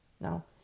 Now